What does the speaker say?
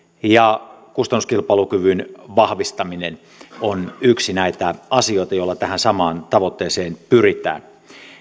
ja kustannuskilpailukyvyn vahvistaminen on yksi näitä asioita joilla tähän samaan tavoitteeseen pyritään